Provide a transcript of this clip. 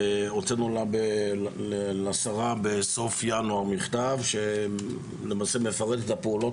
הוצאנו לשרה בסוף ינואר מכתב שלמעשה מפרט את הפעולות